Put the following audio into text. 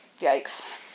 yikes